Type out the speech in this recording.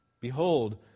Behold